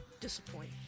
disappoint